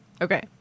Okay